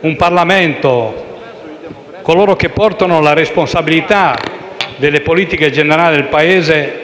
Il Parlamento e coloro che portano la responsabilità delle politiche generali del Paese